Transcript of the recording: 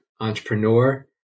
entrepreneur